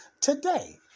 Today